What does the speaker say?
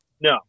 no